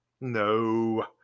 No